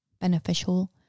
beneficial